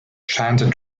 chanted